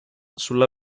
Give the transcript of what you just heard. sulla